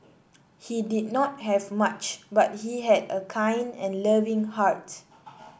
he did not have much but he had a kind and loving heart